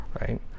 Right